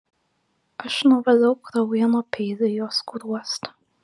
aš nuvaliau kraują nuo peilio į jo skruostą